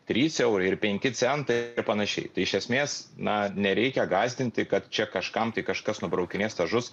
trys eurai ir penki centai ir panašiai tai iš esmės na nereikia gąsdinti kad čia kažkam tai kažkas nubraukinės stažus